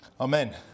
Amen